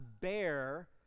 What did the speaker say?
bear